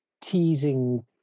teasing